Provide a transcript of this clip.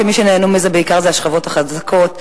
שמי שנהנו מזה בעיקר זה השכבות החזקות.